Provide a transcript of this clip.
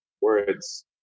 words